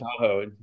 Tahoe